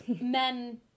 men